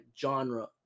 genre